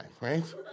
right